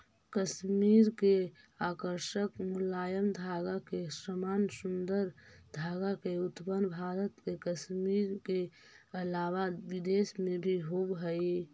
कश्मीर के आकर्षक मुलायम धागा के समान सुन्दर धागा के उत्पादन भारत के कश्मीर के अलावा विदेश में भी होवऽ हई